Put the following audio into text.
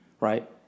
right